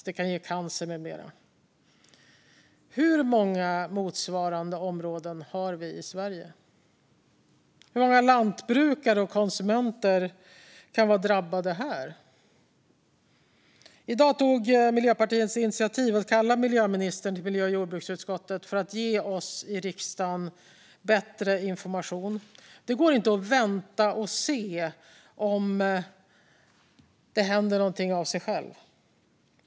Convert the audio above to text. Det kan ge cancer med mera. Hur många motsvarande områden finns i Sverige? Hur många lantbrukare och konsumenter kan vara drabbade här? I dag tog Miljöpartiet initiativ till att kalla miljöministern till miljö och jordbruksutskottet för att ge oss i riksdagen bättre information. Det går inte att vänta och se om det händer något av sig självt.